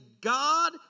God